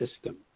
system